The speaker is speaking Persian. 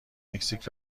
مکزیک